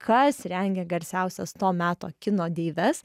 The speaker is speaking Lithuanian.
kas rengė garsiausias to meto kino deives